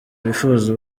bifuza